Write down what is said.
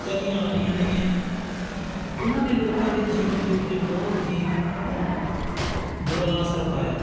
ਚਲੀਆਂ ਆ ਰਹੀਆਂ ਨੇ ਗੀਆਂ ਉਹਨਾਂ ਨੇ ਲੋਕਾਂ ਦੇ ਜੀਵਨ ਦੇ ਉੱਤੇ ਬਹੁਤ ਹੀ ਬੁਰਾ ਅਸਰ ਪਾਇਆ